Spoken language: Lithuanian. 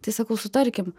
tai sakau sutarkim